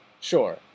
Sure